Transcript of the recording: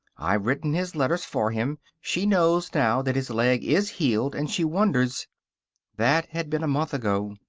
i've written his letters for him. she knows now that his leg is healed and she wonders that had been a month ago.